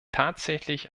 tatsächlich